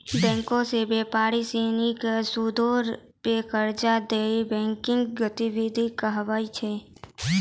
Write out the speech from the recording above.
बैंको से व्यापारी सिनी के सूदो पे कर्जा देनाय बैंकिंग गतिविधि कहाबै छै